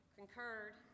concurred